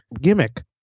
gimmick